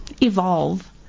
evolve